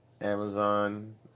Amazon